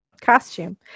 costume